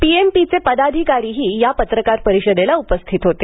पीएमपीचे पदाधिकारीही या पत्रकार परिषदेला उपस्थित होते